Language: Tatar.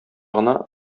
гына